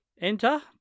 Enter